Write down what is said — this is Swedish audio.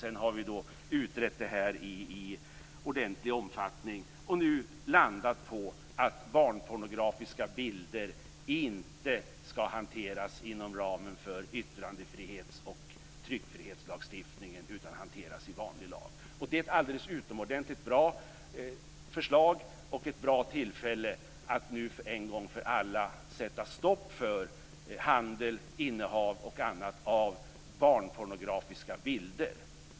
Sedan har frågan utretts i ordentlig omfattning, och nu har vi landat på att barnpornografiska bilder inte skall hanteras inom ramen för yttrandefrihetsoch tryckfrihetslagstiftningen utan att de skall hanteras i vanlig lag. Detta är ett alldeles utomordentligt bra förslag och ett bra tillfälle att nu en gång för alla sätta stopp för handel, innehav och annat när det gäller barnpornografiska bilder.